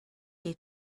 his